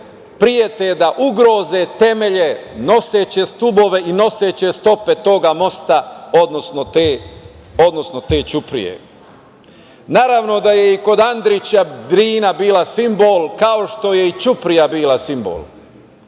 prete da ugroze temelje noseće stubove i noseće stope svog mosta, odnosno te ćuprije. Naravno, da je i kod Andrića, Drina bila simbolom kao što je i Ćuprija bila simbol